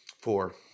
Four